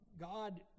God